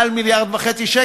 יותר מ-1.5 מיליארד שקלים,